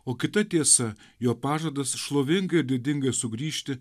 o kita tiesa jo pažadas šlovingai ir didingai sugrįžti